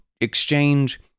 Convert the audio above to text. exchange